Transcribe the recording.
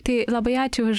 tai labai ačiū už